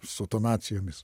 su tonacijomis